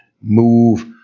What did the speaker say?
move